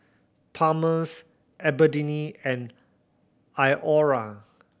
Palmer's Albertini and Iora